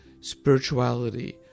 spirituality